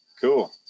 Cool